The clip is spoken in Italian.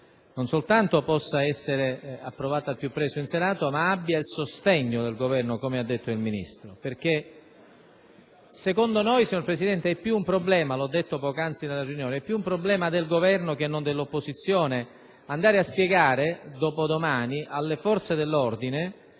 non soltanto possa essere approvata al più presto dal Senato ma abbia il sostegno del Governo, come ha detto il Ministro; infatti, secondo noi, signor Presidente (l'ho detto poc'anzi nella riunione), è più un problema del Governo che non dell'opposizione andare a spiegare dopodomani alle forze dell'ordine